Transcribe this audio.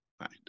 right